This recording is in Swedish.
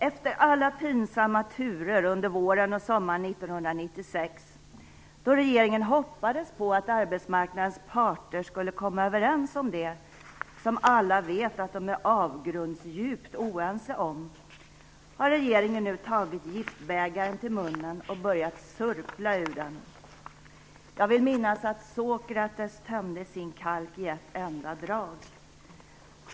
Efter alla pinsamma turer under våren och sommaren 1996, då regeringen hoppades att arbetsmarknadens parter skulle kunna komma överens om det som alla vet att de är avgrundsdjupt oense om, har regeringen nu tagit giftbägaren till munnen och börjat sörpla ur den. Jag vill minnas att Sokrates tömde sin kalk i ett enda drag.